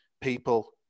people